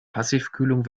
passivkühlung